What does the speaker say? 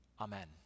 Amen